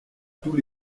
tous